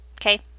Okay